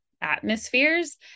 atmospheres